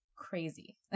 Crazy